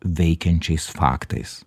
veikiančiais faktais